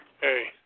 Hey